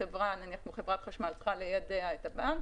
חברת החשמל צריכה ליידע את הבנק,